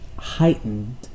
heightened